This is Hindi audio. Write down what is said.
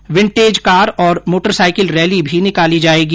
एक विंटेज कार और मोटरसाइकिल रैली भी निकाली जाएगी